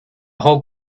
whole